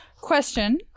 Question